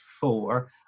four